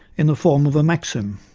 in the form of a maxim